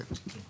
כן.